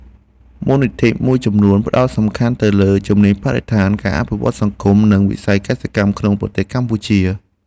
មូលនិធិមួយចំនួនផ្តោតសំខាន់ទៅលើជំនាញបរិស្ថាន ការអភិវឌ្ឍសង្គម និងវិស័យកសិកម្មក្នុងប្រទេសកម្ពុជា។